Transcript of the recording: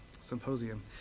symposium